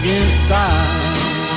inside